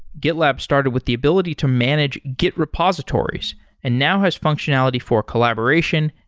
gitlab started with the ability to manage git repositories and now has functionality for collaboration,